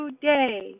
today